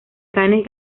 cannes